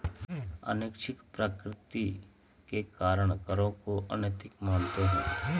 अनैच्छिक प्रकृति के कारण करों को अनैतिक मानते हैं